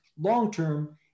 long-term